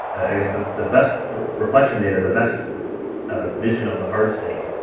i guess, the, the best reflection data, the best and vision of the hard state,